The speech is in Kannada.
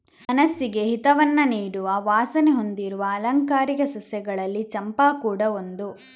ಮನಸ್ಸಿಗೆ ಹಿತವನ್ನ ನೀಡುವ ವಾಸನೆ ಹೊಂದಿರುವ ಆಲಂಕಾರಿಕ ಸಸ್ಯಗಳಲ್ಲಿ ಚಂಪಾ ಕೂಡಾ ಒಂದು